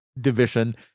division